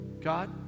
God